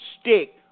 stick